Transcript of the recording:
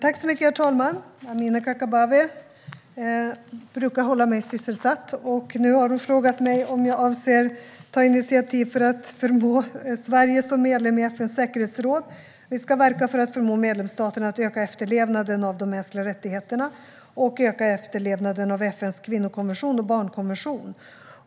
Herr talman! Amineh Kakabaveh brukar hålla mig sysselsatt, och nu har hon frågat mig om jag avser att ta initiativ för att få Sverige som medlem i FN:s säkerhetsråd att verka för att förmå medlemsstaterna att öka efterlevnaden av de mänskliga rättigheterna samt öka efterlevnaden av FN:s kvinnokonvention och barnkonvention.